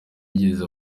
yigeze